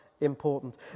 important